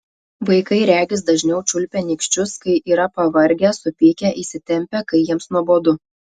vaikai regis dažniau čiulpia nykščius kai yra pavargę supykę įsitempę kai jiems nuobodu